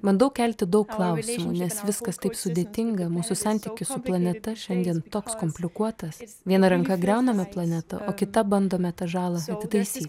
bandau kelti kelti daug klausimų nes viskas taip sudėtinga mūsų santykis su planeta šiandien toks komplikuotas viena ranka griauname planetą o kita bandome tą žalą atitaisyt